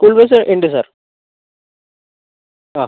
school bus ഉണ്ട് sir ആ